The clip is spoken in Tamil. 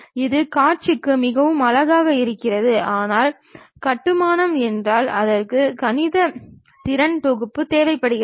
இது காட்சிக்கு மிகவும் அழகாக இருக்கிறது ஆனால் கட்டுமானம் என்றால் அதற்கு கணித திறன் தொகுப்பு தேவைப்படுகிறது